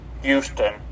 Houston